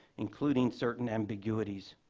including certain ambiguities.